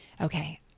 Okay